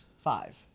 five